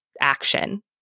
action